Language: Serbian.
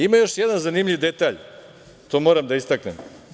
Ima još jedan zanimljiv detalj, to vam moram da istaknem.